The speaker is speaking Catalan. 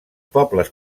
pobles